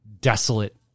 desolate